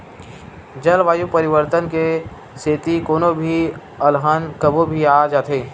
जलवायु परिवर्तन के सेती कोनो भी अलहन कभू भी आ जाथे